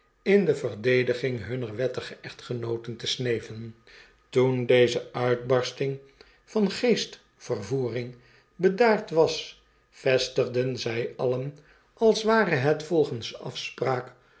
in de verdediging hunner wettige echtgenooten te sneven toen deze uitbarsting vaji geestvervoering bedaard was vestigden zy alien als ware het volgens afspraak